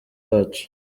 wacu